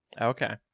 Okay